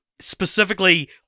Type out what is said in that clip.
specifically